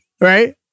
Right